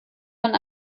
man